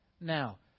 now